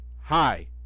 Hi